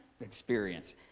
experience